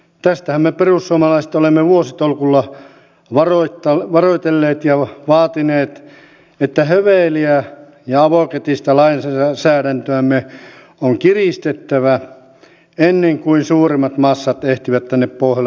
tästähän me perussuomalaiset olemme vuositolkulla varoitelleet ja vaatineet että höveliä ja avokätistä lainsäädäntöämme on kiristettävä ennen kuin suurimmat massat ehtivät tänne pohjolan perukoille